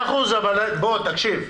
תקשיב,